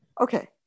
Okay